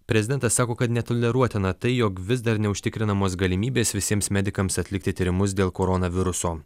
prezidentas sako kad netoleruotina tai jog vis dar neužtikrinamos galimybės visiems medikams atlikti tyrimus dėl koronaviruso